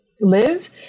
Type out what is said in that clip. live